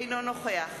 אינו נוכח